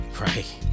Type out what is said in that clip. Right